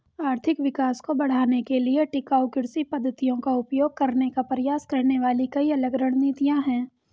आर्थिक विकास को बढ़ाने के लिए टिकाऊ कृषि पद्धतियों का उपयोग करने का प्रयास करने वाली कई अलग रणनीतियां हैं